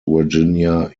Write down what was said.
virginia